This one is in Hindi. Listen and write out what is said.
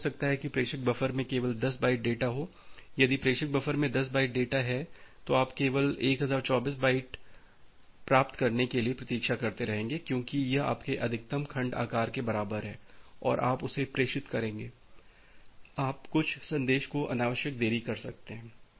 ऐसा हो सकता है कि प्रेषक बफ़र में केवल 10 बाइट डेटा हो यदि प्रेषक बफ़र में 10 बाइट डेटा है तो आप केवल 1024 बाइट प्राप्त करने के लिए प्रतीक्षा करते रहेंगे क्योंकि यह आपके अधिकतम खंड आकार के बराबर है और आप उसे प्रेषित करेंगे आप कुछ संदेश को अनावश्यक देरी कर सकते हैं